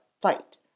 fight